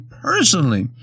personally